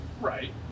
Right